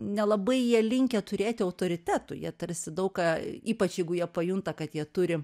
nelabai jie linkę turėti autoritetų jie tarsi daug ką ypač jeigu jie pajunta kad jie turi